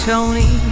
Tony